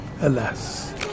Alas